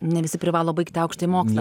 ne visi privalo baigti aukštąjį mokslą